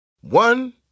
One